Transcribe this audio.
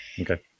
Okay